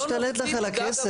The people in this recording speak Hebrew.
מי משתלט לך על הכסף?